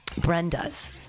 Brenda's